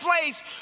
place